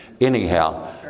Anyhow